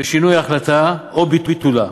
בשינוי ההחלטה או ביטולה.